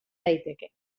daiteke